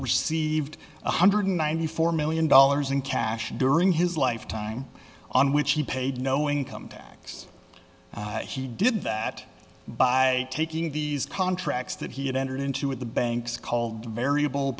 received one hundred ninety four million dollars in cash during his lifetime on which he paid knowing income tax he did that by taking these contracts that he had entered into with the banks called variable